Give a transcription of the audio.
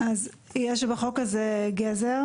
יש בחוק הזה גזר